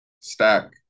stack